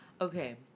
okay